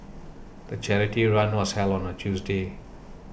the charity run was held on a Tuesday